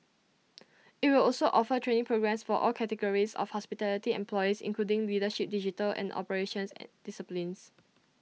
IT will also offer training programmes for all categories of hospitality employees including leadership digital and operations and disciplines